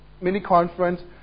mini-conference